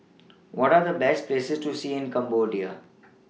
What Are The Best Places to See in Cambodia